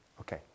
Okay